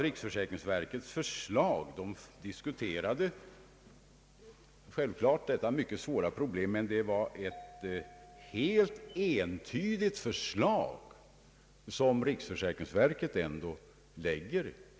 Riksförsäkringsverket har i sin utredning självfallet diskuterat detta mycket svåra problem, men det var ett helt entydigt förslag som verket framlade.